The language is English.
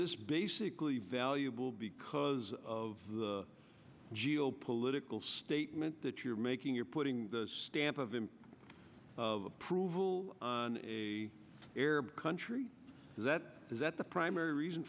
this basically valuable because of the geo political statement that you're making you're putting the stamp of him of approval on a arab country that is that the primary reason